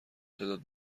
تعداد